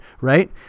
right